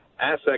asset